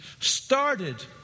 Started